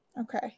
okay